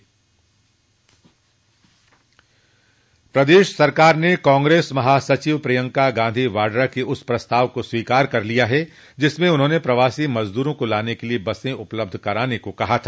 प्रदेश सरकार ने कांग्रेस महा सचिव प्रिंका गांधी वाड्रा के उस प्रस्ताव को स्वीकार कर लिया है जिसमें उन्होंने प्रवासी मजदूरों को लाने के लिये बसें उपलब्ध कराने को कहा था